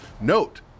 Note